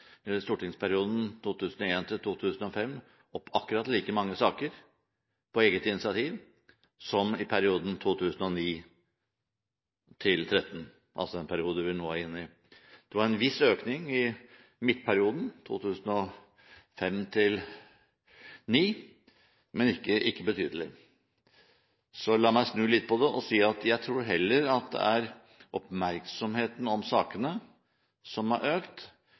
på eget initiativ opp like mange saker som i perioden 2009–2013, altså den perioden vi nå er inne i. Det var en viss økning i midtperioden, 2005–2009, men ikke betydelig. Så la meg snu litt på det og si at jeg tror heller at det er oppmerksomheten om sakene som har økt,